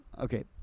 okay